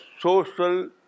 social